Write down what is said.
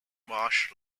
marsh